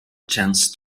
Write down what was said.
chance